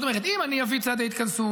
זאת אומרת, אם אני אביא צעדי התכנסות,